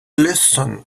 listen